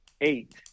eight